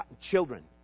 children